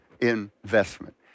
investment